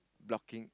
blocking